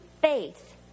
faith